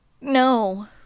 no